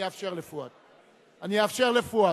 מצביעה אני אאפשר לפואד.